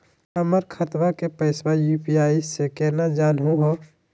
हमर खतवा के पैसवा यू.पी.आई स केना जानहु हो?